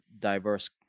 diverse